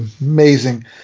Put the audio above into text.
amazing